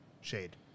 shade